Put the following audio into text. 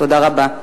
תודה רבה.